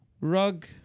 rug